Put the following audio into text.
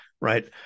right